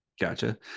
Gotcha